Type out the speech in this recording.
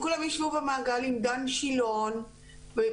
כולם ישבו במעגל עם דן שילון ובסלון,